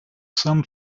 some